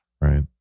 right